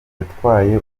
yatwaye